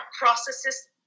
processes